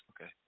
Okay